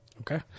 Okay